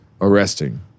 arresting